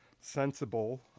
Sensible